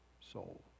soul